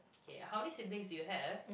okay how many siblings do you have